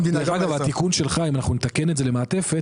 אם אנחנו נתקן את התיקון שלך למעטפת,